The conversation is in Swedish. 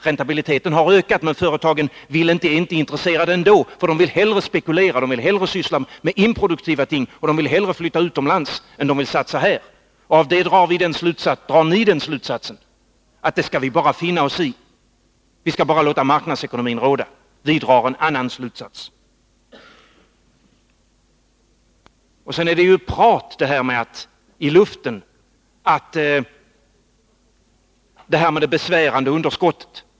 Räntabiliteten har ökat, men företagen är inte intresserade ändå, för de vill hellre spekulera och syssla med improduktiva ting. De vill hellre flytta utomlands än att satsa här hemma. Av det drar ni slutsatsen att vi bara skall finna oss i detta; vi skall bara låta marknadsekonomin råda. Vi drar en annan slutsats. Sedan är det ju prat i luften det här med det besvärande underskottet.